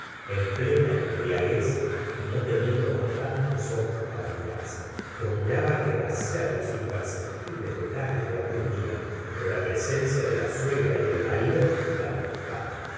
en plena embriaguez y no teniendo bastantes ojos para mirarse procuraba rehacer los imperceptibles detalles de aquel día pero la presencia de la suegra y el marido la molestaba